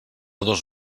dos